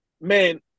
man